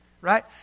right